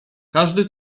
każdy